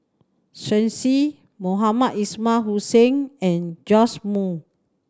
Shen Xi Mohamed Ismail Hussain and Joash Moo